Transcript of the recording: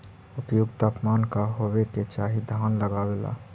उपयुक्त तापमान का होबे के चाही धान लगावे ला?